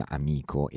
amico